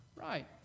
right